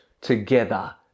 together